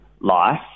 life